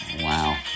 Wow